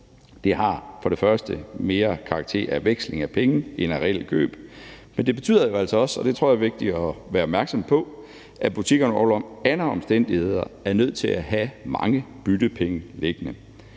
Det har for det første mere karakter af veksling af penge end af reelt køb, men det betyder jo altså også – og det tror jeg er vigtigt at være opmærksom på – at butikkerne under alle omstændigheder er nødt til at have mange byttepenge liggende.